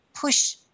push